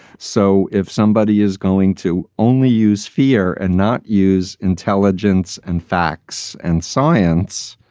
so if somebody is going to only use fear and not use intelligence and facts and science,